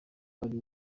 ari